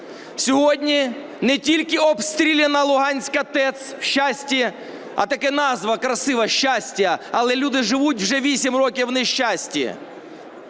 Сьогодні не тільки обстріляна Луганська ТЕС в Щасті… А така назва красива – Щастя, але люди живуть вже вісім років в нещасті.